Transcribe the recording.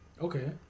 Okay